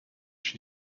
she